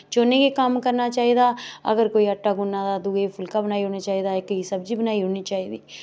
चौनें गी कम्म करना चाहिदा अगर कोई आटा गुन्ना दा दूए गी फुल्का बनाई उड़ना चाहिदा इक गी सब्जी बनाई ओड़नी चाहिदी